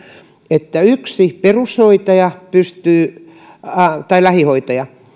että yksi perushoitaja tai lähihoitaja